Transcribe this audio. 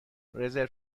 رزرو